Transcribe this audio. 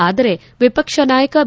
ಆದರೆ ವಿಪಕ್ಷ ನಾಯಕ ಬಿ